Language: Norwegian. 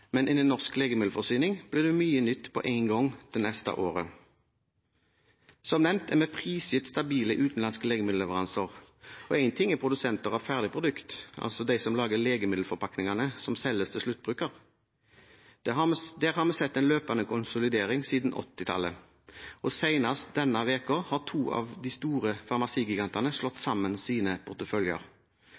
men innen norsk legemiddelforsyning blir det mye nytt på én gang det neste året. Som nevnt er vi prisgitt stabile utenlandske legemiddelleveranser. Én ting er produsenter av ferdigprodukter, altså de som lager legemiddelforpakningene som selges til sluttbruker. Der har vi sett en løpende konsolidering siden 1980-tallet, og senest denne uken har to av de store farmasigigantene slått sammen sine porteføljer.